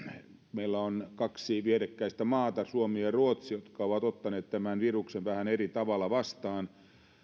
meillä on kaksi vierekkäistä maata suomi ja ja ruotsi jotka ovat ottaneet tämän viruksen vähän eri tavalla vastaan